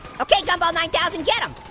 okay, gumball nine thousand, get um